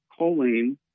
choline